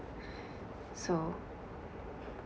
so